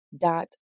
dot